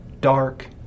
dark